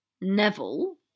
Neville